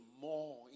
more